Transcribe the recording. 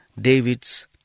David's